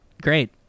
Great